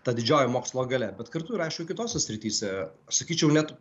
ta didžioji mokslo galia bet kartu ir aišku kitose srityse sakyčiau net